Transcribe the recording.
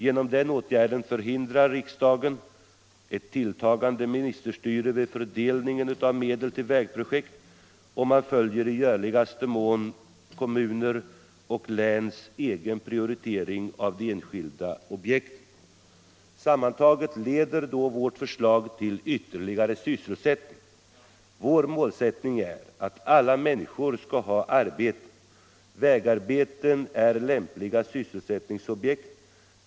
Genom den åtgärden förhindrar riksdagen ett tilltagande ministerstyre vid fördelningen av medel till vägprojekt och följer i görligaste mån kommunernas och länens egen prioritering av de enskilda objekten. Sammantaget leder vårt förslag till ytterligare sysselsättning. Vår målsättning är att alla människor skall ha arbete: Vägarbeten är lämpliga sysselsättningsobjekt.